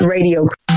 Radio